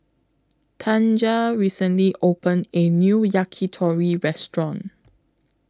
Tanja recently opened A New Yakitori Restaurant